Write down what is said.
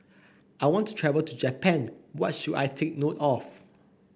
I want to travel to Japan what should I take note of